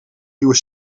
nieuwe